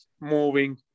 moving